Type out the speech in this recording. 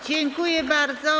Dziękuję bardzo.